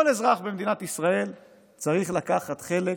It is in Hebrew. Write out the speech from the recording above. כל אזרח במדינת ישראל צריך לקחת חלק